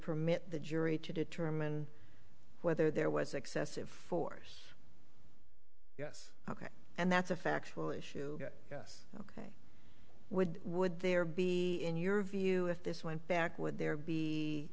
permit the jury to determine whether there was excessive force yes ok and that's a factual issue yes would would there be in your view if this went back would there be